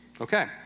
Okay